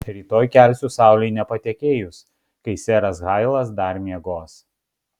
rytoj kelsiu saulei nepatekėjus kai seras hailas dar miegos